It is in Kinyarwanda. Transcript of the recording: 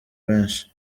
benshi